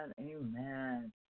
amen